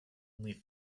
only